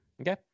Okay